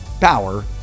power